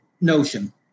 notion